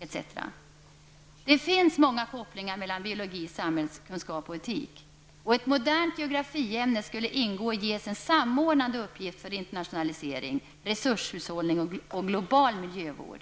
etc. Det finns många kopplingar mellan biologi, samhällskunskap och etik. Ett modernt geografiämne skulle ingå och ges en samordnande uppgift för internationalisering, resurshushållning och global miljövård.